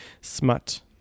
Smut